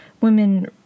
women